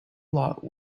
lot